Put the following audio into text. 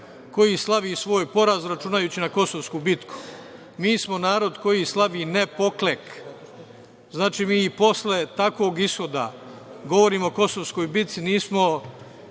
koji slavi svoj poraz, računajući na Kosovsku bitku. Mi smo narod koji slavi ne poklek. Znači, mi i posle takvog ishoda, govorim o Kosovskoj bici, nismo